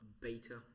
beta